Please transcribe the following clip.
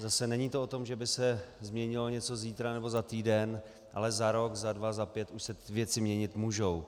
Zase není to o tom, že by se změnilo něco zítra nebo za týden, ale za rok, za dva, za pět už se ty věci měnit můžou.